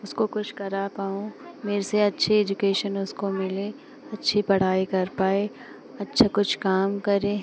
उसको कुछ करा पाऊँ मेरे से अच्छी एजुकेशन उसको मिले अच्छी पढ़ाई कर पाए अच्छा कुछ काम करे